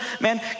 man